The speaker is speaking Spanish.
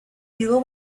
diego